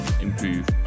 improve